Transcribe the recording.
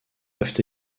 peuvent